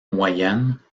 moyenne